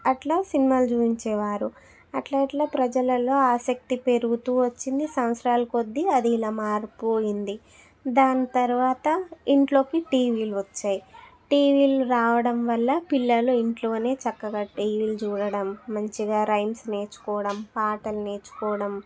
అలా సినిమాలు చూయించేవారు అలా అలా ప్రజలల్లో ఆసక్తి పెరుగుతూ వచ్చింది సంవత్సరాల కొద్దీ అది ఇలా మారిపోయింది దాని తర్వాత ఇంట్లోకి టీవీలు వచ్చాయి టీవీలు రావడం వల్ల పిల్లలు ఇంట్లోనే చక్కగా టీవీలు చూడటం మంచిగా రైమ్స్ నేర్చుకోవడం పాటలు నేర్చుకోవడం